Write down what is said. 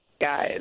guys